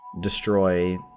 destroy